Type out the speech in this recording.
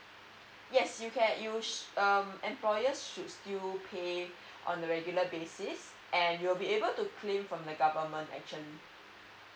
yes you can you um employers should still pay on a regular basis and you'll be able to claim from the government actually